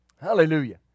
Hallelujah